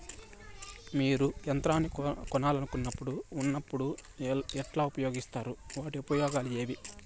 మీరు యంత్రాన్ని కొనాలన్నప్పుడు ఉన్నప్పుడు ఎట్లా ఉపయోగిస్తారు వాటి ఉపయోగాలు ఏవి?